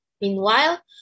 Meanwhile